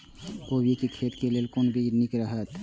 कोबी के खेती लेल कोन बीज निक रहैत?